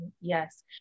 Yes